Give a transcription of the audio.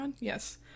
Yes